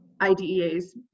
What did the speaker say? IDEA's